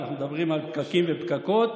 ואנחנו מדברים על פקקים ופקקות.